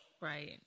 Right